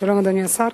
שלום, אדוני השר.